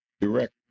direct